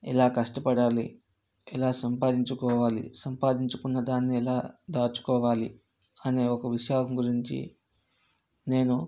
ఎలా కష్టపడాలి ఎలా సంపాదించుకోవాలి సంపాదించుకున్న దాన్ని ఎలా దాచుకోవాలి అనే ఒక విషయం గురించి నేను